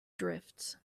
drifts